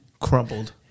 crumbled